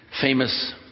famous